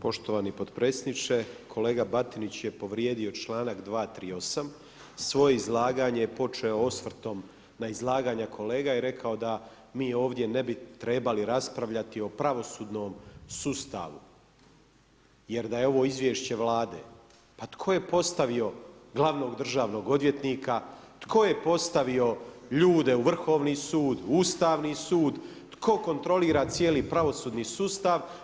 Poštovani potpredsjedniče, kolega Batinić je povrijedio čl. 238. svoje izlaganje počeo osvrtom na izlaganje kolega i rekao da mi ovdje ne bi trebali raspravljati o pravosudnom sustavu, jer da je ovo izvješće vlade, a tko je postavio gl. državnog odvjetnika, tko je postavio ljude u Vrhovni sud, Ustavni sud, tko kontrolira cijeli pravosudni sustav?